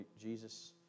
Jesus